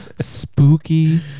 Spooky